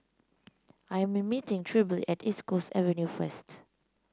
I'm meeting Trilby at East Coast Avenue first